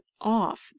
off